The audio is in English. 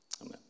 Amen